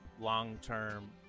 long-term